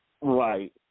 Right